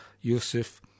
Yusuf